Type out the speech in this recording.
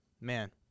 man